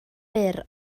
byr